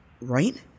right